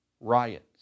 riots